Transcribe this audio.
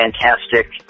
fantastic